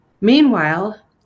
Meanwhile